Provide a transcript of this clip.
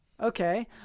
Okay